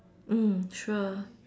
mm sure